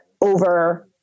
over –